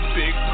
big